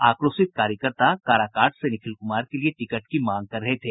आक्रोशित कार्यकर्ता काराकाट से निखिल कुमार के लिये टिकट की मांग कर रहे थे